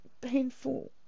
painful